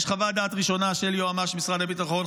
יש חוות דעת ראשונה של יועמ"ש משרד הביטחון,